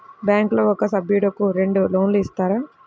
బ్యాంకులో ఒక సభ్యుడకు రెండు లోన్లు ఇస్తారా?